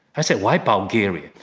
i said, why bulgaria?